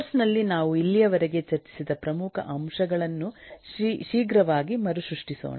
course ನಲ್ಲಿ ನಾವು ಇಲ್ಲಿಯವರೆಗೆ ಚರ್ಚಿಸಿದ ಪ್ರಮುಖ ಅಂಶಗಳನ್ನು ಶೀಘ್ರವಾಗಿ ಮರುಸೃಷ್ಟಿಸೋಣ